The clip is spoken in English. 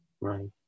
Right